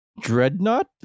Dreadnought